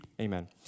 Amen